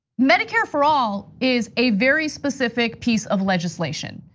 medicare for all is a very specific piece of legislation.